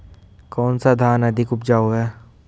कौन सा धान अधिक उपजाऊ है?